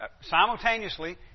simultaneously